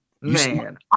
man